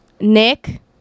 Nick